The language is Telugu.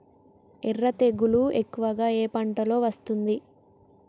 ఎర్ర తెగులు ఎక్కువగా ఏ పంటలో వస్తుంది?